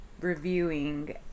reviewing